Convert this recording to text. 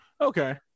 okay